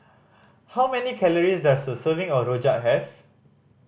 how many calories does a serving of rojak have